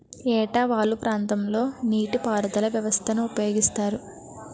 ఏట వాలు ప్రాంతం లొ ఏ నీటిపారుదల వ్యవస్థ ని ఉపయోగిస్తారు?